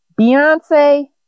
Beyonce